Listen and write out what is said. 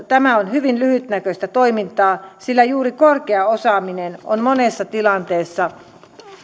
tämä on hyvin lyhytnäköistä toimintaa sillä juuri korkea osaaminen on monessa tilanteessa